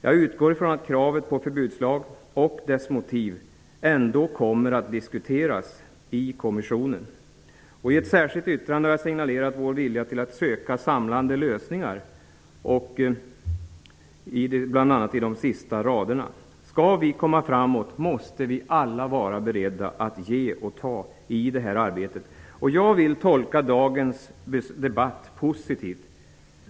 Jag utgår från att kravet på förbudslag och dess motiv ändå kommer att diskuteras i kommissionen. Jag har i ett särskilt yttrande signalerat vår vilja till samlande lösningar, bl.a. i det sista stycket. Om vi skall komma framåt måste vi alla vara beredda att ge och ta i det här arbetet. Jag vill tolka dagens debatt positivt.